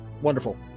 wonderful